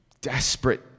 Desperate